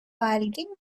alguien